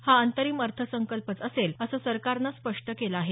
हा अंतरिम अर्थसंकल्पच असेल असं सरकारनं स्पष्ट केलं आहे